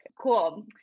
Cool